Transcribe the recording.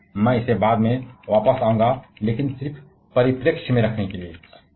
फिर से मैं इसे बाद में वापस आऊंगा लेकिन सिर्फ परिप्रेक्ष्य में रखने के लिए